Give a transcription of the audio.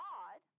God